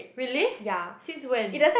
really since when